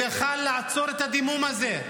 והוא היה יכול לעצור את הדימום הזה,